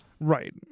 Right